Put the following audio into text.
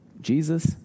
Jesus